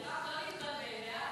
מירב, לא להתבלבל.